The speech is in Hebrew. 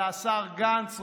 ואת השר גנץ,